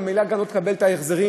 וממילא גם לא תקבל את ההחזרים.